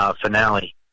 finale